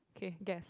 okay guess